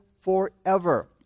forever